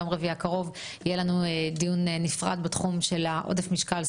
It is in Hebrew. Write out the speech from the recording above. ביום רביעי הקרוב יהיה לנו דיון נפרד בתחום של עודף משקל,